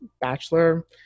bachelor